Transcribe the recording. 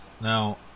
Now